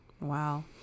Wow